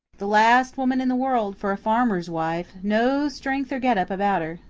the last woman in the world for a farmer's wife no strength or get-up about her.